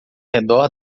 redor